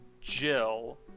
Jill